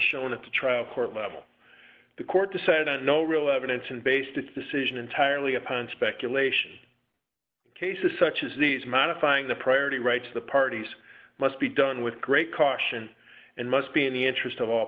shown at the trial court level the court decided on no real evidence and based its decision entirely upon speculation cases such as these modifying the priority right to the parties must be done with great caution and must be in the interest of all